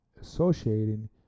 associating